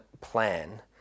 plan